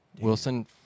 Wilson